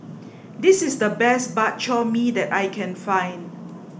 this is the best Bak Chor Mee that I can find